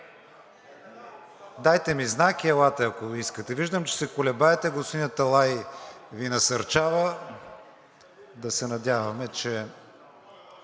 Дайте ми знак и елате, ако искате. Виждам, че се колебаете, господин Аталай Ви насърчава, да се надяваме, че